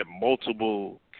multiple